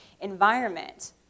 Environment